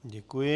Děkuji.